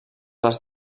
les